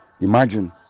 Imagine